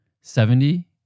seventy